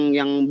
yang